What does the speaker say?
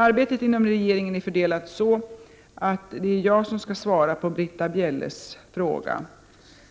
Arbetet inom regeringen är fördelat så, att det är jag som skall svara på Britta Bjelles fråga.